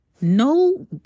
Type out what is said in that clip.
No